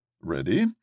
Ready